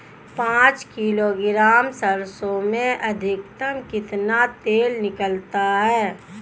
पाँच किलोग्राम सरसों में अधिकतम कितना तेल निकलता है?